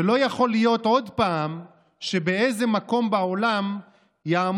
לא יכול להיות עוד פעם שבאיזה מקום בעולם יעמוד